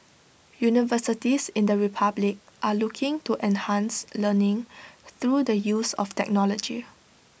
universities in the republic are looking to enhance learning through the use of technology